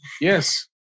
yes